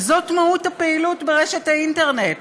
וזאת מהות הפעילות באינטרנט.